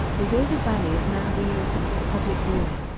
although the valley is now re-opened for public viewing,